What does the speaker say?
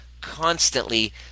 constantly